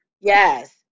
yes